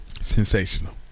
Sensational